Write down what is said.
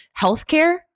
Healthcare